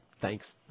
Thanks